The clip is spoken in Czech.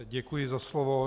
Děkuji za slovo.